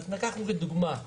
לדוגמה,